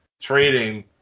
trading